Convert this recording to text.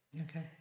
Okay